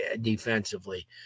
defensively